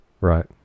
Right